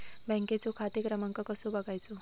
बँकेचो खाते क्रमांक कसो बगायचो?